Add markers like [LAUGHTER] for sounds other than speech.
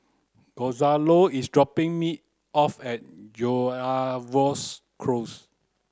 Gonzalo is dropping me off at [UNINTELLIGIBLE] Close